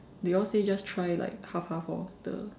they all said just try like half half orh the